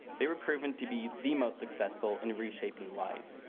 they were proven to be the most successful in reshaping lives,